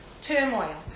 turmoil